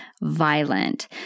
violent